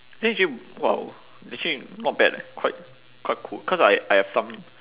then actually !wow! actually not bad leh quite quite cool cause I I have some